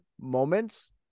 moments